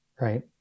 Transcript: right